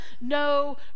no